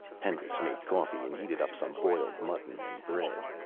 hendricks made coffee and heated up some boiled mutton and bread.